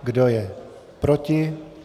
Kdo je proti?